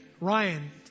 Ryan